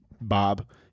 Bob